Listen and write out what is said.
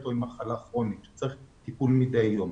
או עם מחלה כרונית שצריך טיפול מדי יום.